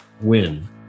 Win